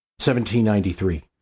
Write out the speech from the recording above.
1793